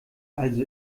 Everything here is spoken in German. also